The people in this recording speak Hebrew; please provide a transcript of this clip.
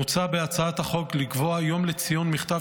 מוצע בהצעת החוק לקבוע יום לציון מכתב